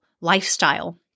lifestyle